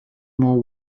more